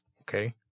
Okay